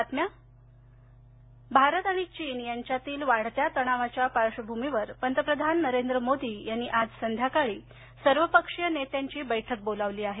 बैठक भारत आणि चीन यांच्यातील वाढत्या तणावाच्या पार्श्वभूमीवर पंतप्रधान नरेंद्र मोदी यांनी आज संध्याकाळी सर्वपक्षीय नेत्यांची बैठक बोलावली आहे